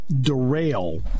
derail